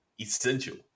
essential